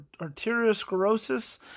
arteriosclerosis